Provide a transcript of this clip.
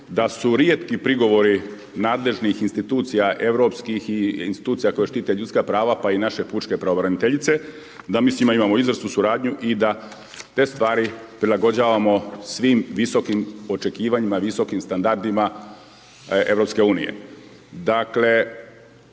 da su rijetki progovori nadležnih institucija, europskih institucija koje štite ljudska prava pa i naše pučke pravobraniteljice, da mi s njima imamo izvrsnu suradnju i da te stvari prilagođavamo svim visokim očekivanjima, visokim standardima EU-a. Dakle